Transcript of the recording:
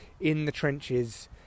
in-the-trenches